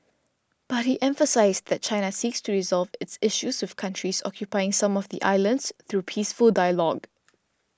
but he emphasised that China seeks to resolve its issues with countries occupying some of the islands through peaceful dialogue